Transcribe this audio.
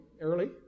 early